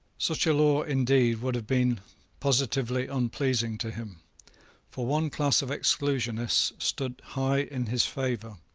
such a law, indeed, would have been positively unpleasing to him for one class of exclusionists stood high in his favour,